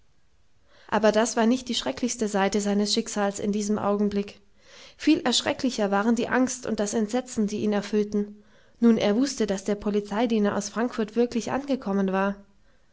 aber das war nicht die schrecklichste seite seines schicksals in diesem augenblick viel erschrecklicher waren die angst und das entsetzen die ihn erfüllten nun er wußte daß der polizeidiener aus frankfurt wirklich angekommen war